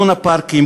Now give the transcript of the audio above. לונה-פארקים,